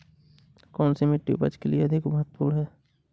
कौन सी मिट्टी उपज के लिए अधिक महत्वपूर्ण है?